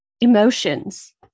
Emotions